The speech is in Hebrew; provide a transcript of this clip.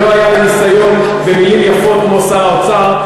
אבל לא היה לי ניסיון במילים יפות כמו שר האוצר.